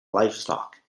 livestock